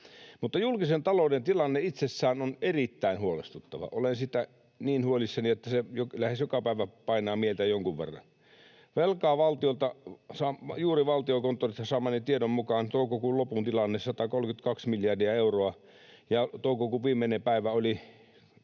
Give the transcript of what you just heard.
Mutta julkisen talouden tilanne itsessään on erittäin huolestuttava. Olen siitä niin huolissani, että se lähes joka päivä painaa mieltä jonkun verran. Velkaa on — juuri Valtiokonttorista saamani tiedon mukaan, toukokuun lopun tilanne — 132 miljardia euroa, ja toukokuun viimeinen päivä oli